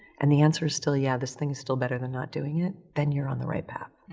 and the answer is still yeah, this thing is still better than not doing it, then you're on the right path.